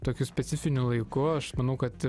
tokiu specifiniu laiku aš manau kad